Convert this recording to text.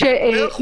מאה אחוז.